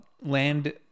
Land